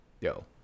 yo